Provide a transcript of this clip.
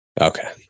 Okay